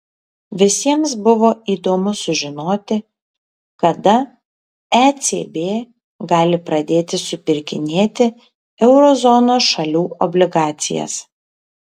visiems buvo įdomu sužinoti kada ecb gali pradėti supirkinėti euro zonos šalių obligacijas